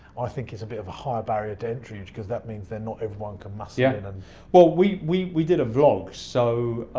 i think it's bit of a high barrier to entry cause that means that not everyone can muscle yeah in and well, we we did a vlog so